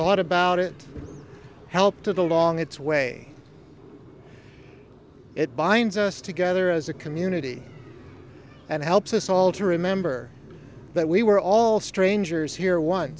thought about it helped along its way it binds us together as a community and helps us all to remember that we were all strangers here on